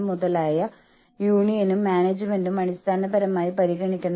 അതിനാൽ ഒരു യൂണിയനിൽ ചേരാൻ ആളുകൾ ആഗ്രഹിക്കുന്നില്ല